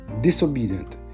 disobedient